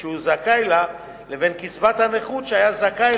שהוא זכאי לה לבין קצבת הנכות שהיה זכאי